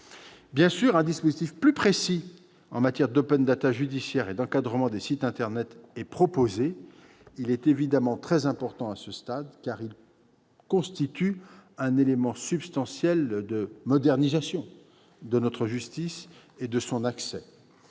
Un dispositif plus précis en matière d'judiciaire et d'encadrement des sites internet est proposé. Il s'agit d'une mesure très importante qui constitue un élément substantiel de modernisation de notre justice et de son accès.